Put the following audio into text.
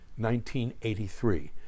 1983